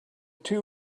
two